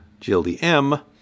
GLDM